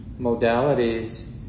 modalities